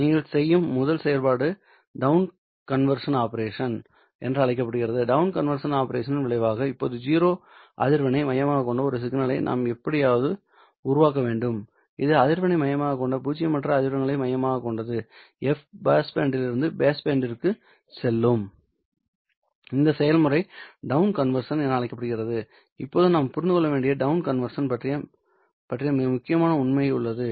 நீங்கள் செய்யும் முதல் செயல்பாடு டவுன் கன்வெர்ஷன் ஆபரேஷன் என்று அழைக்கப்படுகிறது டவுன் கன்வெர்ஷன் ஆபரேஷனின் விளைவாக இப்போது 0 அதிர்வெண்ணை மையமாகக் கொண்ட ஒரு சிக்னலை நாம் எப்படியாவது உருவாக்க வேண்டும் இது அதிர்வெண்ணை மையமாகக் கொண்ட பூஜ்ஜியமற்ற அதிர்வெண்களை மையமாகக் கொண்டது f பாஸ் பேண்டிலிருந்து பேஸ்பேண்டிற்குச் செல்லும் இந்த செயல்முறை டவுன் கன்வெர்ஷன் என அழைக்கப்படுகிறது இப்போது நாம் புரிந்து கொள்ள வேண்டிய டவுன் கன்வெர்ஷன் பற்றிய மிக முக்கியமான உண்மை உள்ளது